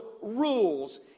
rules